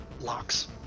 locks